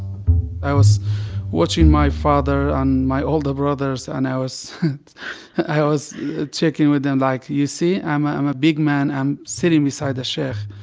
i was watching my father and my older brothers. and i was i was checking with them, like, you see? i'm i'm a big man. i'm sitting beside the sheikh.